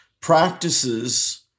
practices